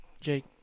jake